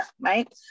right